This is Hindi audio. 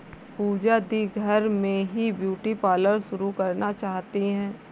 पूजा दी घर में ही ब्यूटी पार्लर शुरू करना चाहती है